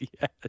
yes